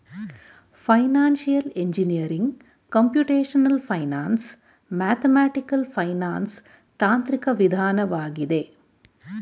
financial engineering computational finance, mathematical finance ತಾಂತ್ರಿಕ ವಿಧಾನವಾಗಿದೆ